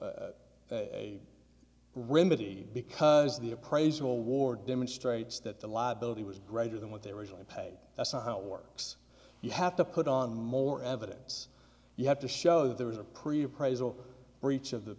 know a remedy because the appraisal war demonstrates that the liability was greater than what they were originally paid that's not how it works you have to put on more evidence you have to show that there was a creep raise or breach of the